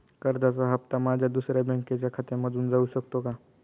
कर्जाचा हप्ता माझ्या दुसऱ्या बँकेच्या खात्यामधून जाऊ शकतो का?